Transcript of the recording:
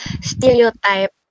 stereotype